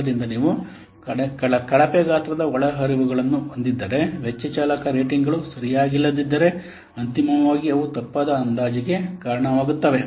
ಆದ್ದರಿಂದ ನೀವು ಕಳಪೆ ಗಾತ್ರದ ಒಳಹರಿವುಗಳನ್ನು ಹೊಂದಿದ್ದರೆ ವೆಚ್ಚ ಚಾಲಕ ರೇಟಿಂಗ್ಗಳು ಸರಿಯಾಗಿಲ್ಲದಿದ್ದರೆ ಅಂತಿಮವಾಗಿ ಅವು ತಪ್ಪಾದ ಅಂದಾಜುಗೆ ಕಾರಣವಾಗುತ್ತವೆ